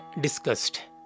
discussed